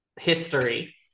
history